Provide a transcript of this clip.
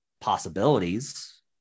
possibilities